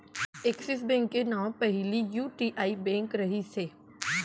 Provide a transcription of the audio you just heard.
axis Bank के नांव पहिली यूटीआई बेंक रहिस हे